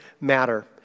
matter